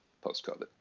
post-COVID